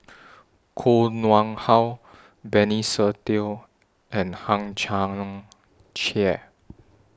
Koh Nguang How Benny Se Teo and Hang Chang Chieh